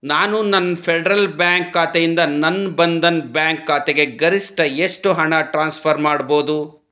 ನಾನು ನನ್ನ Federal Bank ಖಾತೆಯಿಂದ ನನ್ನ ಬಂಧನ್ ಬ್ಯಾಂಕ್ ಖಾತೆಗೆ ಗರಿಷ್ಠ ಎಷ್ಟು ಹಣ ಟ್ರಾನ್ಸ್ಫರ್ ಮಾಡ್ಬೋದು